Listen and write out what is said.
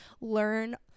learn